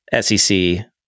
sec